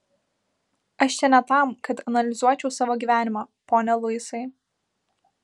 aš čia ne tam kad analizuočiau savo gyvenimą pone luisai